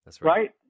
right